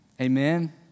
Amen